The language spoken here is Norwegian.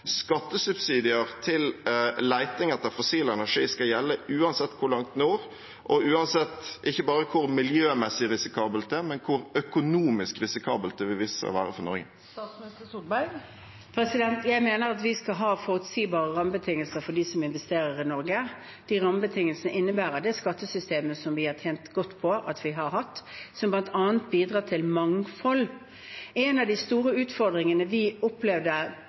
skattesubsidier til leting etter fossil energi skal gjelde uansett hvor langt nord det er, og uansett ikke bare hvor miljømessig risikabelt det er, men hvor økonomisk risikabelt det vil vise seg å være for Norge? Jeg mener at vi skal ha forutsigbare rammebetingelser for dem som investerer i Norge. De rammebetingelsene innebærer det skattesystemet som vi har tjent godt på at vi har hatt, som bl.a. bidrar til mangfold. En av de store utfordringene vi opplevde